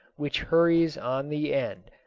which hurries on the end.